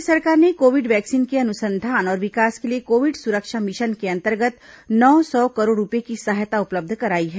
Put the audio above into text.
केन्द्र सरकार ने कोविड वैक्सीन के अनुसंधान और विकास के लिए कोविड सुरक्षा मिशन के अंतर्गत नौ सौ करोड़ रूपये की सहायता उपलब्ध कराई है